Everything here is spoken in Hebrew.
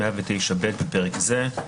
109 ב בפרק זה.